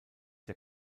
der